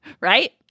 right